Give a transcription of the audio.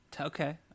Okay